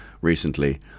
recently